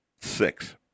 Six